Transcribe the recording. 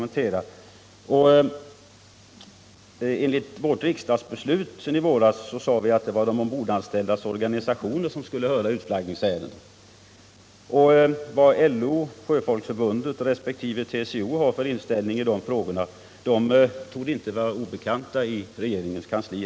Enligt riksdagsbeslutet i våras skulle de ombordanställdas organisationer höras i utflaggningsärenden. Vilken inställning LO, Sjöfolksförbundet och TCO har i denna fråga torde inte heller vara obekant i regeringens kansli.